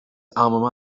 alma